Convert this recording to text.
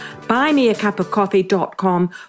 buymeacupofcoffee.com